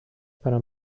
para